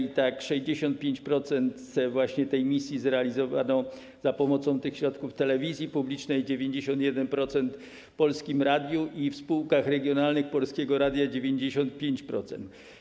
I tak 65% tej misji zrealizowano za pomocą tych środków telewizji publicznej, 91% - w Polskim Radiu, w spółkach regionalnych Polskiego Radia - 95%.